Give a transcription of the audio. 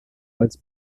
als